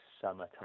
summertime